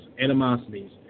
animosities